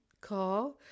call